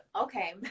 Okay